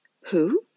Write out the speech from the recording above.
Who